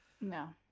No